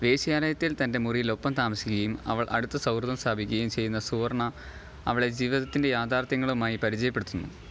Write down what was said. വേശ്യാലയത്തിൽ തന്റെ മുറിയിലൊപ്പം താമസിക്കുകയും അവൾ അടുത്ത സൗഹൃദം സ്ഥാപിക്കുകയും ചെയ്യുന്ന സുവർണ അവളെ ജീവിതത്തിന്റെ യാഥാർത്ഥ്യങ്ങളുമായി പരിചയപ്പെടുത്തുന്നു